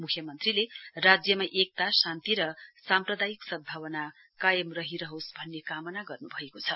मुख्यमन्त्रीले राज्यमा एकता शान्ति र साम्प्रादायिक सदभावना कायम रहिरहोस् भन्ने कामना गर्नु भएको छ